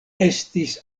estis